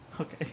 Okay